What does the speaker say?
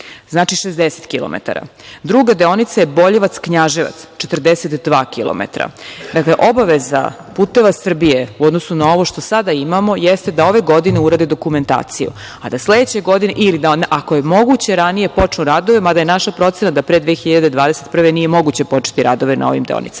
znači, 60 kilometara. Druga deonica je Boljevac-Knjaževac, 42 kilometra. Dakle, obaveza Puteva Srbije u odnosu na ovo što sada imamo jeste da ove godine urade dokumentaciju, a da sledeće godine, ili ako je moguće ranije počnu radovi, mada je naša procena da pre 2021. godine nije moguće početi radove na ovim deonicama,